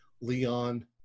Leon